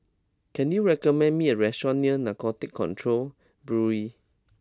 can you recommend me a restaurant near Narcotics Control Bureau